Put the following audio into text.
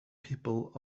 people